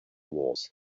wars